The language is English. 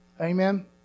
Amen